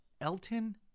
Elton